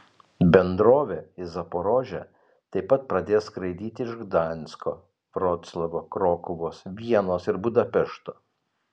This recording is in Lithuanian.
bendrovė į zaporožę taip pat pradės skraidyti iš gdansko vroclavo krokuvos vienos ir budapešto